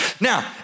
Now